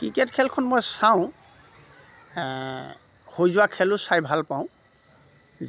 cricket খেলখন মই চাওঁ হৈ যোৱা খেলো চাই ভাল পাওঁ